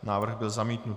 Návrh byl zamítnut.